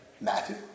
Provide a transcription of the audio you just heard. Matthew